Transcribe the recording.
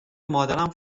مادرم